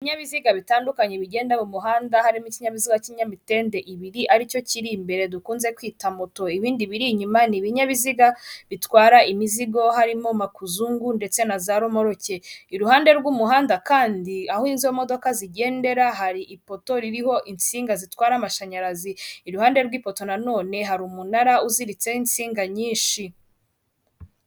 Ibyabiziga bitandukanye bigenda mu muhanda harimo ikinyabizi cy'inyamitende ibiri aricyo kiri imbere dukunze kwita moto, ibindi biri inyuma ni ibinyabiziga bitwara imizigo harimo makuzungu ndetse na za romoroke, iruhande rw'umuhanda kandi aho izo modoka zigendera hari ipoto ririho insinga zitwara amashanyarazi, iruhande rw'ipoto nanone hari umunara uziritseho insinga nyinshi.